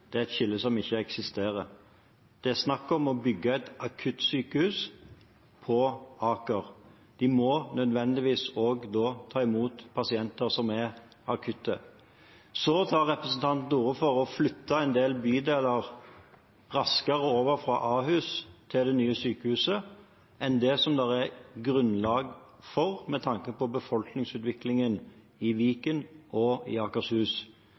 Det er et skille som ikke eksisterer. Det er snakk om å bygge et akuttsykehus på Aker. Det må nødvendigvis også ta imot akuttpasienter. Representanten tar til orde for å flytte en del bydeler raskere over fra Ahus til det nye sykehuset enn det som det er grunnlag for med tanke på befolkningsutviklingen i Viken og i Akershus. Det vil i tilfelle få ganske dramatiske konsekvenser for Ahus og befolkningen i Akershus.